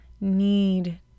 need